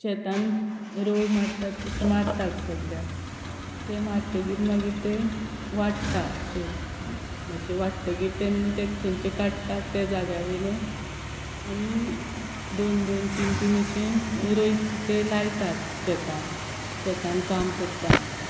शेतान रोव मारतात तशीं मारता सगल्याक तें मारतगीर मागीर तें वाडटा शेत मातशे वाडटगीर तेन्ना तें थंयचे काडटा त्या जाग्यावयले आनी दोन दोन तीन तीन अशे रोय तें लायता शेतान शेतान काम करता आनी